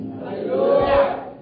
Hallelujah